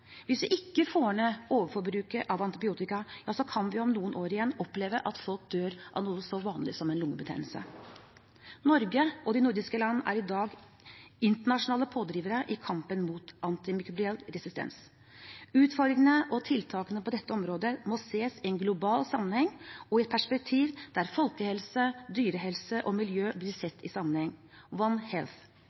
Hvis vi ikke får ned overforbruket av antibiotika, kan vi om noen år igjen oppleve at folk dør av noe så vanlig som en lungebetennelse. Norge og de nordiske landene er i dag internasjonale pådrivere i kampen mot antimikrobiell resistens. Utfordringene og tiltakene på dette området må ses i en global sammenheng og i et perspektiv der folkehelse, dyrehelse og miljø blir sett i sammenheng